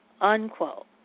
Unquote